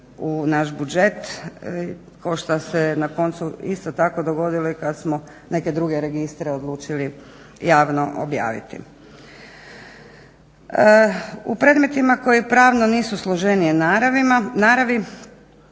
u naš budžet kao što se na koncu isto tako dogodilo i kad smo neke druge registre odlučili javno objaviti. U predmetima koji pravno nisu složenije naravi